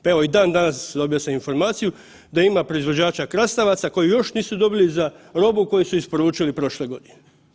Pa evo, i dan danas, dobio sam informaciju, da ima proizvođača krastavaca koji još nisu dobili za robu koju su isporučili prošle godine.